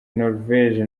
norvege